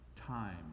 time